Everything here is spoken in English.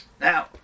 Now